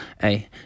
hey